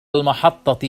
المحطة